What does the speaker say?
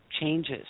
changes